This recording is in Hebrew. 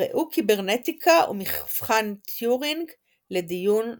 ראו קיברנטיקה ומבחן טיורינג לדיון נוסף.